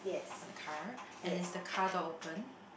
on the car and there's the car door open